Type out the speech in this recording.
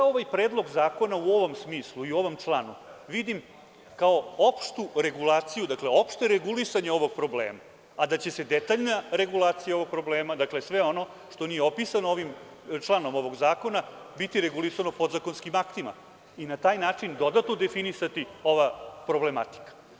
Ovaj predlog zakona, u ovom smislu i u ovom članu, vidim kao opštu regulaciju, dakle, opšte regulisanje ovog problema, a da će se detaljna regulacija ovog problema, dakle, sve ono što nije opisano članom ovog zakona, biti regulisano podzakonskimaktima i na taj način dodatno definisati ova problematika.